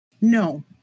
No